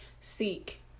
seek